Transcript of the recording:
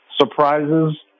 surprises